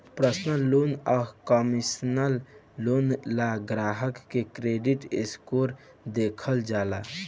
personal loan आ commercial loan ला ग्राहक के क्रेडिट स्कोर देखल जाला